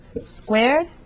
squared